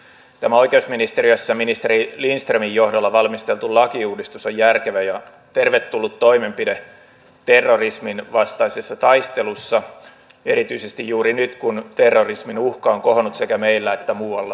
tämä oikeusministeriössä ministeri lindströmin johdolla valmisteltu lakiuudistus on järkevä ja tervetullut toimenpide terrorisminvastaisessa taistelussa erityisesti juuri nyt kun terrorismin uhka on kohonnut sekä meillä että muualla maailmassa